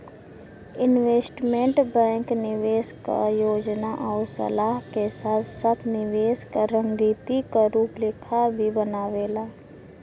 investment bank निवेश क योजना आउर सलाह के साथ साथ निवेश क रणनीति क रूपरेखा भी बनावेला